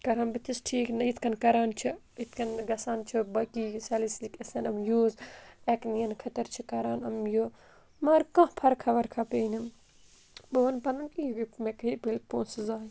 کَران بہٕ تہِ ٹھیٖک نہ یِتھ کَن کَران چھِ یِتھ کٔنۍ گَژھان چھِ باقٕے یہِ سیٚلسِلِک یِم یوٗز ایٚکنِیَن خٲطٕر چھِ کَران یِم یہِ مگر کانٛہہ فَرخا وَرخہ پیٚیہِ نہٕ بہٕ وَنہٕ پَنُن کہِ یہِ مےٚ کٔرِتھ پونٛسہٕ زایہِ